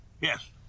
Yes